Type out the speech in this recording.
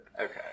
okay